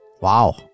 Wow